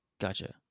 Gotcha